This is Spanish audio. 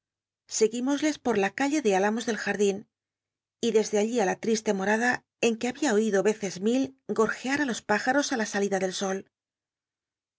seguimosles por la calle de ílamos del jardín y desde allí j la triste morada en que babia oido eces mil gorgear ü los p ijaros á la salida del sol